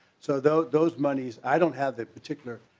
so though those monies i don't have that particular.